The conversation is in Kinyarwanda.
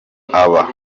aba